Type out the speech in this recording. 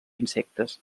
insectes